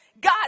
God